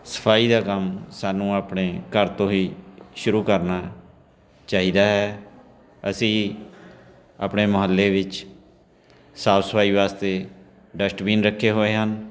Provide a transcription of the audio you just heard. ਸਫਾਈ ਦਾ ਕੰਮ ਸਾਨੂੰ ਆਪਣੇ ਘਰ ਤੋਂ ਹੀ ਸ਼ੁਰੂ ਕਰਨਾ ਚਾਹੀਦਾ ਹੈ ਅਸੀਂ ਆਪਣੇ ਮੁਹੱਲੇ ਵਿੱਚ ਸਾਫ਼ ਸਫਾਈ ਵਾਸਤੇ ਡਸਟਬੀਨ ਰੱਖੇ ਹੋਏ ਹਨ